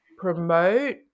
promote